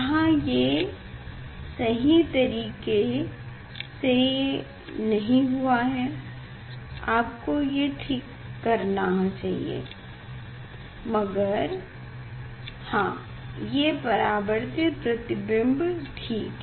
यहाँ ये सही तरीके से नहीं हुआ है आपको ये ठीक से करना चाहिए मगर हाँ ये परावार्तित प्रतिबिंब दिख रहे हैं ठीक